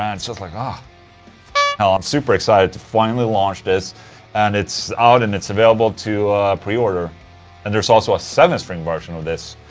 and so like ah hell, i'm super excited to finally launch this and it's out and it's available to pre-order and there's also a seven string version of this.